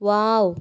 wow